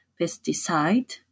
pesticide